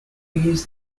use